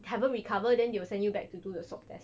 haven't recover then they will send you back to do the swap test